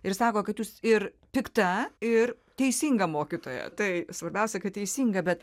ir sako kad jūs ir pikta ir teisinga mokytoja tai svarbiausia kad teisinga bet